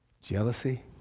Jealousy